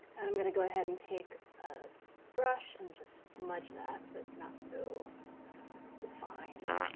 i'm gonna go ahead and take a brush and just smudge that so it's not so defined.